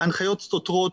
ההנחיות סותרות,